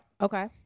Okay